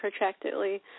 protractedly